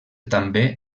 també